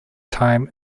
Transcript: time